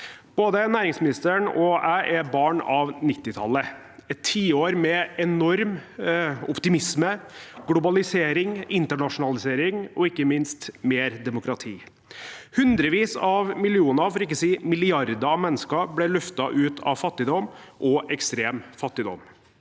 Både næringsministeren og jeg er barn av 1990-tallet, et tiår med enorm optimisme, globalisering, internasjonalisering og ikke minst mer demokrati. Hundrevis av millioner, for ikke å si milliarder, av mennesker ble løftet ut av fattigdom og ekstrem fattigdom.